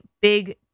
big